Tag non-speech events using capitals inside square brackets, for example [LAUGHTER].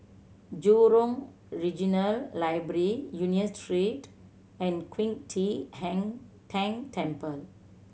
Jurong Regional Library Union Street and Qing De [UNINTELLIGIBLE] Tang Temple